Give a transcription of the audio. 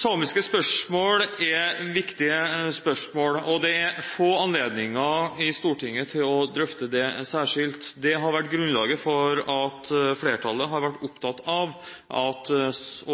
Samiske spørsmål er viktige spørsmål, og det er få anledninger i Stortinget til å drøfte disse særskilt. Det har vært grunnlaget for at flertallet har vært opptatt av at